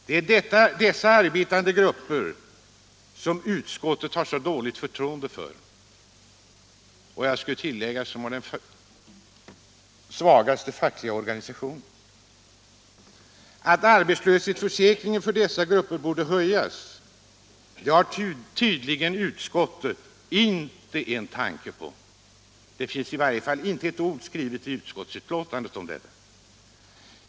Det är dessa arbetande grupper som utskottet har så dåligt förtroende för. Jag skulle vilja tillägga att det är grupper som har den svagaste fackliga organisationen. Att arbetslöshetsförsäkringen för dessa grupper borde höjas har tydligen utskottet inte en tanke på. Det finns i varje fall inte ett ord skrivet i utskottsbetänkandet om detta.